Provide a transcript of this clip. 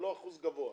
לא יהודים, עזוב אותנו.